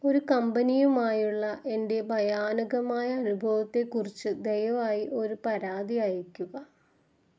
ഒരു കമ്പനിയുമായുള്ള എന്റെ ഭയാനകമായ അനുഭവത്തെക്കുറിച്ച് ദയവായി ഒരു പരാതി അയയ്ക്കുക